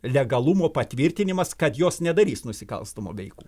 legalumo patvirtinimas kad jos nedarys nusikalstamų veikų